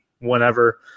whenever